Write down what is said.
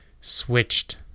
switched